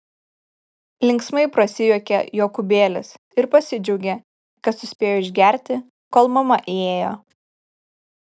linksmai prasijuokė jokūbėlis ir pasidžiaugė kad suspėjo išgerti kol mama įėjo